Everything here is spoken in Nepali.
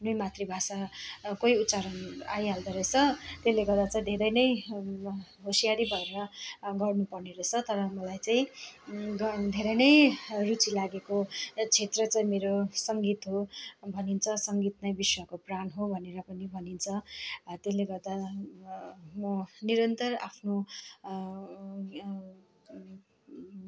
आफ्नै मातृभाषा कै उच्चारण आइहाल्दो रहेछ त्यसले गर्दा चाहिँ धेरै नै होसियारी भएर गर्नुपर्ने रहेछ तर मलाई चाहिँ गाउ धेरै नै रुचि लागेको क्षेत्र चाहिँ मेरो सङ्गीत हो भनिन्छ सङ्गीत नै विश्वको प्राण हो भनेर पनि भनिन्छ त्यसले गर्दा म निरन्तर आफ्नो